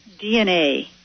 DNA